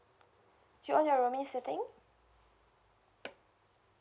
you on your roaming setting